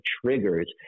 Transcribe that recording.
triggers